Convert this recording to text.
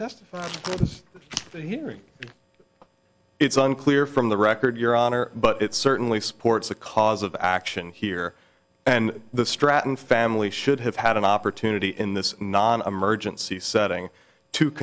hearing it's unclear from the record your honor but it certainly supports a cause of action here and the stratton family should have had an opportunity in this non emergency setting to